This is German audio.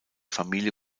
familie